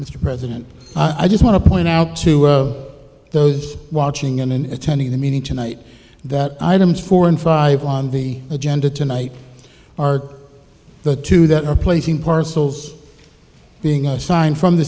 mr president i just want to point out two of those watching and attending the meeting tonight that items four and five on the agenda tonight arc the two that are placing parcels being assigned from the